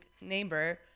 neighbor